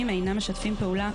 צריך להקריא בקול רם.